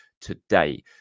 today